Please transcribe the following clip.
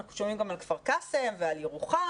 אנחנו שומעים גם על כפר קאסם ועל הרבה